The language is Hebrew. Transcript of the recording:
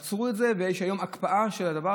עצרו את זה ויש היום הקפאה של הדבר,